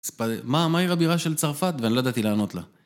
מה, מהי עיר הבירה של צרפת? ואני לא ידעתי לענות לה.